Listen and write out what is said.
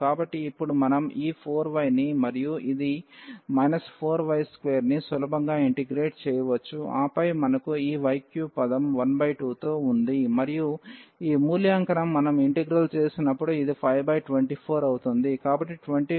కాబట్టి ఇప్పుడు మనం ఈ 4y ని మరియు ఇది 4y2 ని సులభంగా ఇంటిగ్రేట్ చేయవచ్చు ఆపై మనకు ఈ y3 పదం 12 తో ఉంది మరియు ఈ మూల్యాంకనం మనం ఇంటిగ్రల్ చేసినప్పుడు ఇది 524 అవుతుంది